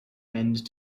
end